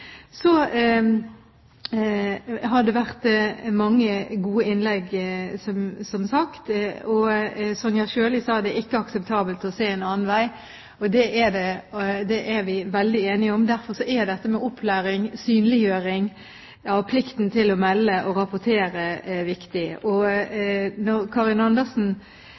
Så har det som sagt vært mange gode innlegg, og Sonja Irene Sjøli sa at det ikke er akseptabelt å se en annen vei. Det er vi veldig enige om. Derfor er det viktig med opplæring, synliggjøring og plikt til å melde og rapportere. Når Karin Andersen